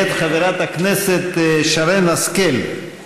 מאת חברת הכנסת שרן השכל.